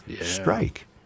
strike